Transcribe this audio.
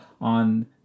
on